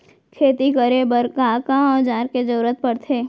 खेती करे बर का का औज़ार के जरूरत पढ़थे?